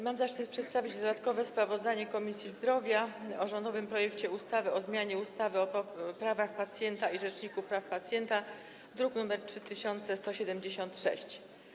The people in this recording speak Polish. Mam zaszczyt przedstawić dodatkowe sprawozdanie Komisji Zdrowia o rządowym projekcie ustawy o zmianie ustawy o prawach pacjenta i Rzeczniku Praw Pacjenta, druk nr 3176.